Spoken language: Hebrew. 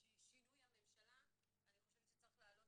שינוי הממשלה אני חושבת שצריך להעלות